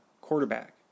quarterback